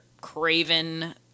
craven